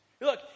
Look